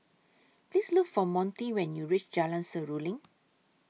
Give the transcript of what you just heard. Please Look For Monty when YOU REACH Jalan Seruling